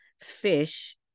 fish